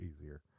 easier